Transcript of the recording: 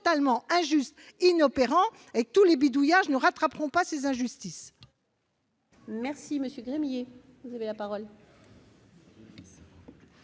totalement injuste, inopérant, et que tous les bidouillages ne rattraperont pas ces injustices.